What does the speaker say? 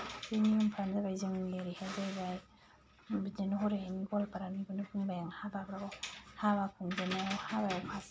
बे नियमफ्रानो जाबाय जोंनि ओरैहाय जाहैबाय बिदिनो हरैहानि गवालपारानिखौनो बुंबाय आं हाबाफोराव हाबा खुंजेननायाव हाबायाव फार्स्ट